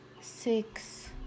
six